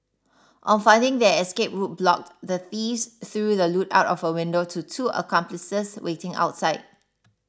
on finding their escape route blocked the thieves threw the loot out of a window to two accomplices waiting outside